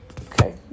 Okay